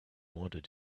wanted